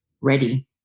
ready